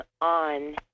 on